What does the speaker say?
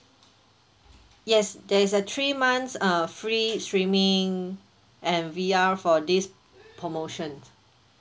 yes there is a three months uh free streaming and V_R for this promotion